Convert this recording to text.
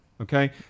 Okay